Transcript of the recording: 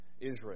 Israel